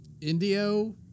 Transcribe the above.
Indio